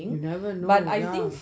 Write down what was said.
you never know lah